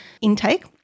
intake